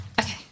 Okay